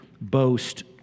boast